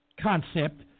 concept